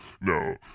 No